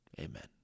Amen